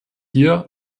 hier